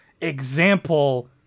example